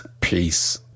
peace